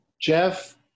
Jeff